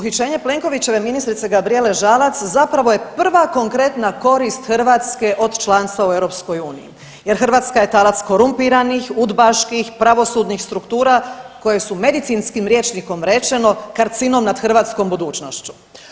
Uhićenje Plenovićeve ministrice Gabrijele Žalac zapravo je prva konkretna korit Hrvatske od članstva u Europskoj uniji, jer Hrvatska je talac korumpiranih, udbaških pravosudnih struktura koje su medicinskim rječnikom rečeno karcinom nad hrvatskom budućnošću.